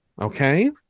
Okay